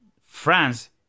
France